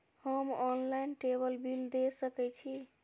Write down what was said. हम ऑनलाईनटेबल बील दे सके छी?